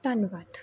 ਧੰਨਵਾਦ